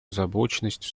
озабоченность